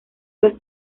los